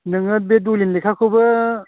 नोङो बे दलिन लेखाखोबो